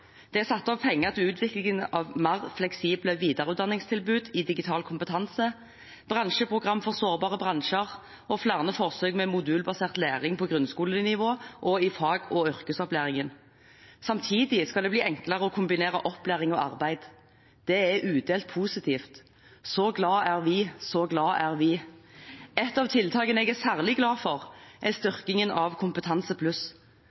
Det er satt av penger til utviklingen av mer fleksible videreutdanningstilbud i digital kompetanse, bransjeprogrammer for sårbare bransjer og flere forsøk med modulbasert læring på grunnskolenivå og i fag- og yrkesopplæringen. Samtidig skal det bli enklere å kombinere opplæring og arbeid. Det er udelt positivt. Så glad er vi, så glad er vi … Et av tiltakene jeg er særlig glad for, er